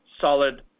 solid